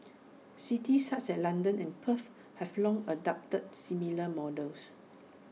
cities such as London and Perth have long adopted similar models